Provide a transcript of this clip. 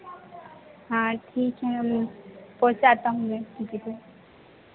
हाँ ठीक है पहुँचाता हूँ मैं किसी को